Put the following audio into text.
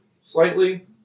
slightly